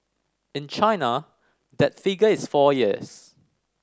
in China that figure is four years